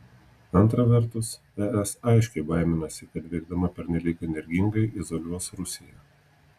antra vertus es aiškiai baiminasi kad veikdama pernelyg energingai izoliuos rusiją